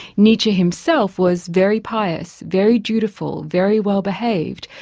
nietzsche himself was very pious, very dutiful, very well-behaved.